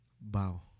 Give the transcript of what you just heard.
bow